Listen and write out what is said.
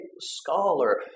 scholar